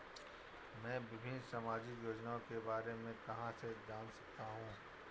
मैं विभिन्न सामाजिक योजनाओं के बारे में कहां से जान सकता हूं?